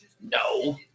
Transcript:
No